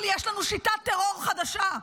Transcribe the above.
אבל יש לנו שיטת טרור חדשה,